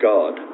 God